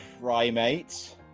Primate